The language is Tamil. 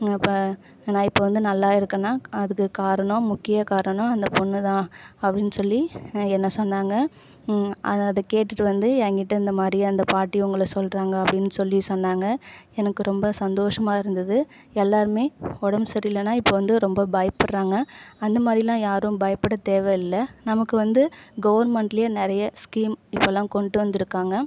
நான் இப்போ நான் இப்போ வந்து நல்லா இருக்கேன்னா அதுக்கு காரணம் முக்கிய காரணம் அந்த பெண்ணு தான் அப்படின்னு சொல்லி என்ன சொன்னாங்க அதை அதை கேட்டுட்டு வந்து என்கிட்ட இந்தமாதிரி அந்த பாட்டி உங்களை சொல்கிறாங்க அப்படின்னு சொல்லி சொன்னாங்க எனக்கு ரொம்ப சந்தோஷமாக இருந்தது எல்லோருமே உடம்பு சரியில்லைன்னா இப்போ வந்து ரொம்ப பயப்பட்றாங்க அந்தமாதிரிலாம் யாரும் பயப்படத் தேவையில்ல நமக்கு வந்து கவுர்மெண்ட்டில் நிறையா ஸ்கீம் இப்போலாம் கொண்டு வந்திருக்காங்க